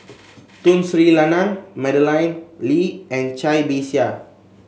Tun Sri Lanang Madeleine Lee and Cai Bixia